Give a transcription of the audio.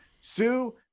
Sue